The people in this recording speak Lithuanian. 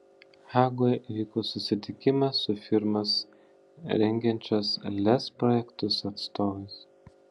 hagoje įvyko susitikimas su firmos rengiančios lez projektus atstovais